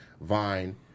Vine